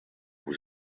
was